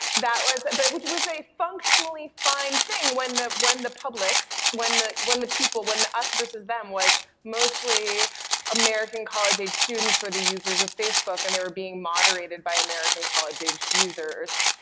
that was, but which was a functionally fine thing when the when the public, when the when the people, when the us versus them was mostly american college-aged students were the users of facebook and they were being moderated by american college-aged users,